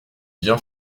bien